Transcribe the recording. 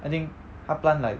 I think 他 plant like